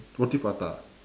roti prata